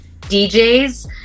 DJs